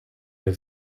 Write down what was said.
der